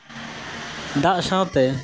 ᱫᱟᱜ ᱥᱟᱶᱛᱮ